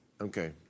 Okay